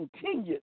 continued